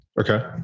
Okay